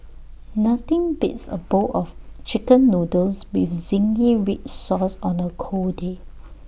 nothing beats A bowl of Chicken Noodles with Zingy Red Sauce on A cold day